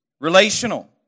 Relational